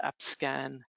AppScan